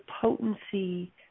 potency